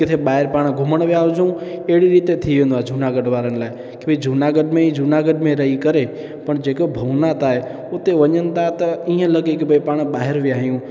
किथे ॿाहिरि पाणि घुमण विया हुजूं अहिड़ी रीते थी वेंदो आहे जूनागढ़ वारनि लाइ की भई जूनागढ़ में ई जूनागढ़ में रही करे पाणि जेको भवनाथ आहे हुते वञनि था त इअं लॻे की भई पाणि ॿाहिरि विया आहियूं